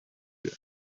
then